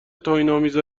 توهینآمیز